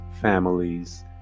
families